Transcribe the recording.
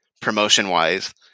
promotion-wise